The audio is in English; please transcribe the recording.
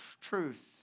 truth